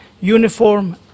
uniform